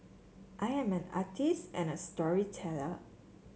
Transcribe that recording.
I am an artist and a storyteller